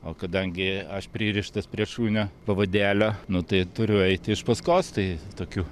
o kadangi aš pririštas prie šunio pavadelio nu tai turiu eiti iš paskos tai tokiu